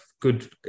good